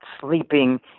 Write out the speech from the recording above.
sleeping